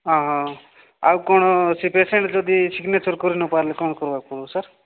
ହଁ ହଁ ଆଉ କ'ଣ ସେ ପେସେଣ୍ଟ୍ ଯଦି ସିଗ୍ନେଚର୍ କରି ନପାରିଲେ କ'ଣ କରବାକୁ ପଡ଼ିବ ସାର୍